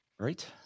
Right